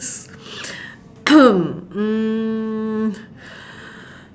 mm